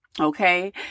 okay